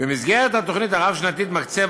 במסגרת התוכנית הרב-שנתית מקצה